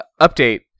Update